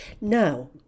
Now